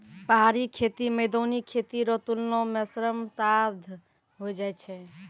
पहाड़ी खेती मैदानी खेती रो तुलना मे श्रम साध होय जाय छै